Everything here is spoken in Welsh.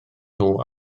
nhw